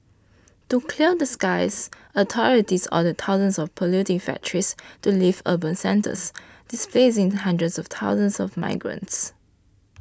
to clear the skies authorities ordered thousands of polluting factories to leave urban centres displacing hundreds of thousands of migrants